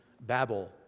Babel